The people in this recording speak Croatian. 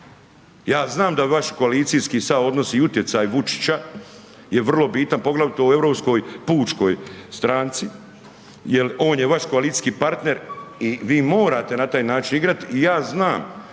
se ne razumije./... i utjecaj Vučića je vrlo bitan poglavito u Europskoj pučkoj stranci jer on je vaš koalicijski partner i vi morate na taj način igrati i ja znam